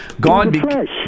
God